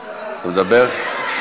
לדבר?